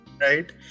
right